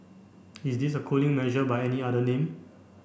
is this a cooling measure by any other name